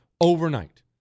overnight